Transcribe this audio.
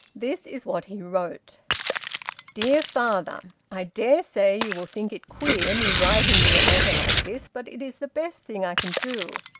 this is what he wrote dear father i dare say you will think it queer me writing you a letter like this, but it is the best thing i can do,